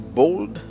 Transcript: bold